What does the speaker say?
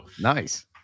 nice